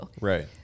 Right